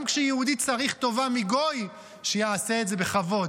גם כשיהודי צריך טובה מגוי, שיעשה את זה בכבוד.